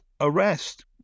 arrest